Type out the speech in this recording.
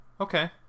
okay